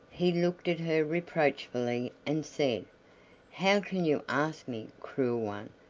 he looked at her reproachfully, and said how can you ask me, cruel one?